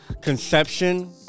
conception